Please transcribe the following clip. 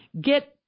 get